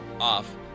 off